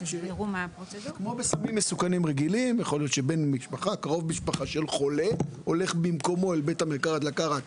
יכול להיות שקרוב משפחה של חולה הולך במקומו אל בית המרקחת כדי לקחת